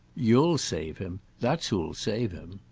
you'll save him. that's who'll save him.